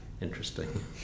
interesting